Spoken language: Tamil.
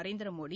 நரேந்திரமோடி